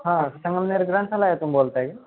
हां संगमनेर ग्रंथालयातून बोलत आहे का